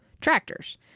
tractors